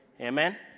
Amen